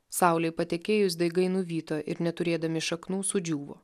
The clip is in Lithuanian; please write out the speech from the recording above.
saulei patekėjus daigai nuvyto ir neturėdami šaknų sudžiūvo